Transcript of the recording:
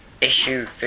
issue